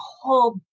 whole